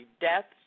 deaths